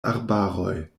arbaroj